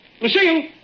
Lucille